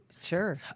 Sure